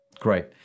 great